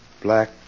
black